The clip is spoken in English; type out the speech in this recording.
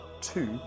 Two